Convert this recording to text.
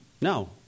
No